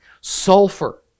Sulfur